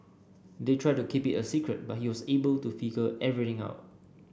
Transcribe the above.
they tried to keep it a secret but he was able to figure everything out